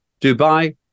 Dubai